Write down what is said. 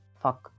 fuck